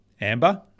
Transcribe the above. Amber